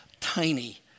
Tiny